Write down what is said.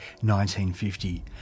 1950